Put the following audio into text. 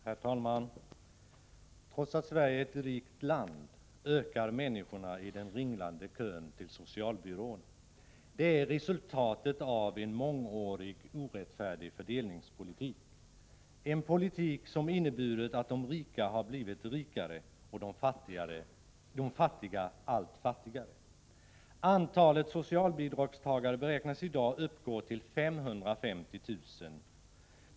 Herr talman! Trots att Sverige är ett rikt land ökar människornas antal i den ringlande kön till socialbyråerna. Det är resultatet av en mångårig orättfärdig fördelningspolitik, en politik som inneburit att de rika har blivit rikare och de fattiga allt fattigare. Antalet socialbidragstagare beräknas i dag uppgå till 550 000.